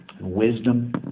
wisdom